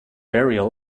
burial